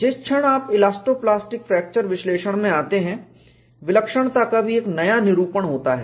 जिस क्षण आप इलास्टो प्लास्टिक फ्रैक्चर विश्लेषण में आते हैं विलक्षणता का भी एक नया निरूपण होता है